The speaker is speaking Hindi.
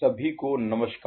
सभी को नमस्कार